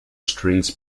strings